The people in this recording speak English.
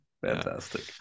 Fantastic